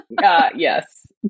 Yes